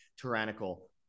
tyrannical